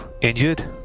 injured